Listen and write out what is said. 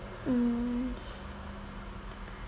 mm